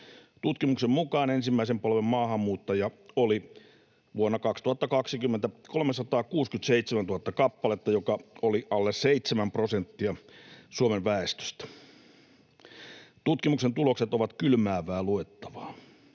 Tutkimuksen mukaan vuonna 2020 ensimmäisen polven maahanmuuttajia oli 367 000 kappaletta, mikä oli alle 7 prosenttia Suomen väestöstä. Tutkimuksen tulokset ovat kylmäävää luettavaa.